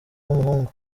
w’umuhungu